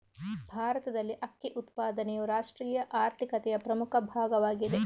ಭಾರತದಲ್ಲಿ ಅಕ್ಕಿ ಉತ್ಪಾದನೆಯು ರಾಷ್ಟ್ರೀಯ ಆರ್ಥಿಕತೆಯ ಪ್ರಮುಖ ಭಾಗವಾಗಿದೆ